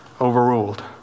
overruled